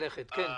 אם אפשר,